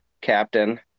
captain